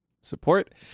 support